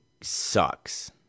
sucks